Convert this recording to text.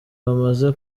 bamaze